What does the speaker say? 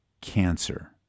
cancer